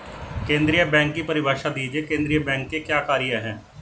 केंद्रीय बैंक की परिभाषा दीजिए केंद्रीय बैंक के क्या कार्य हैं?